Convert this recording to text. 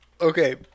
Okay